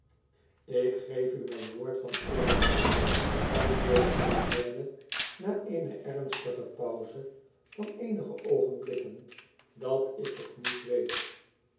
ik geef u mijn woord van eer mortimer antwoordde eugène na eene ernstige pauze van eenige oogenblikken tdat ik het niet weet